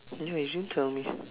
anyway you didn't tell me